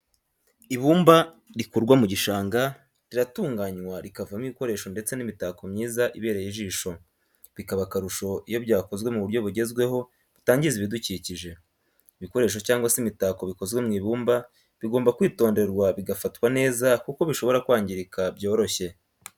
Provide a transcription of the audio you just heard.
Ibumba rikurwa mu gishanga riratunganywa rikavamo ibikoresho ndetse n'imitako myiza ibereye ijisho bikaba akarusho iyo byakozwe mu buryo bugezweho butangiza ibidukikije. ibikoresho cyangwa se imitako bikozwe mu ibumba bigomba kwitonderwa bigafatwa neza kuko bishobora kwangirika byoroshye.